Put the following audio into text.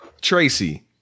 Tracy